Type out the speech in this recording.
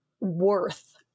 worth